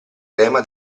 tema